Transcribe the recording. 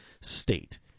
state